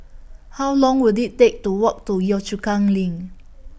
How Long Will IT Take to Walk to Yio Chu Kang LINK